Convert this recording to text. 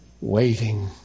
waiting